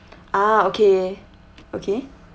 ah okay okay